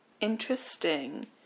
Interesting